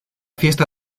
fiesta